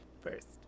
first